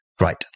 Right